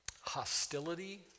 hostility